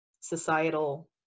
societal